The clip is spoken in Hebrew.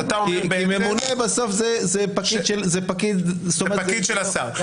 כי ממונה בסוף זה פקיד של השר.